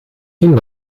geen